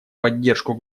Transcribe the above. поддержку